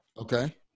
Okay